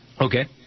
Okay